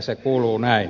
se kuuluu näin